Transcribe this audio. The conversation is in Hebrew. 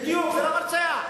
זה לא מרצע.